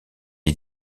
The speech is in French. est